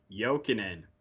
Jokinen